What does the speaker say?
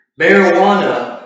marijuana